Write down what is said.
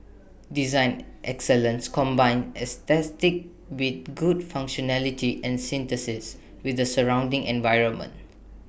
design excellence combines aesthetics with good functionality and synthesis with the surrounding environment